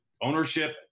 Ownership